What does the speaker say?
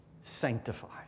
sanctifies